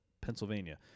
Pennsylvania